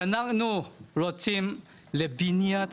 ואנחנו רוצים בבניית